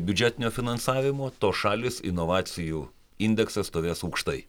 biudžetinio finansavimo tos šalys inovacijų indeksas stovės aukštai